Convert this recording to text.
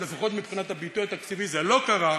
לפחות מבחינת הביטוי התקציבי זה לא קרה.